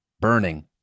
burning